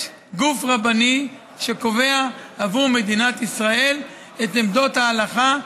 יש גוף רבני שקובע עבור מדינת ישראל את עמדות ההלכה,